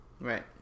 Right